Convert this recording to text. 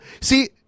See